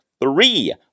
three